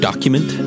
Document